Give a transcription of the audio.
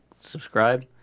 subscribe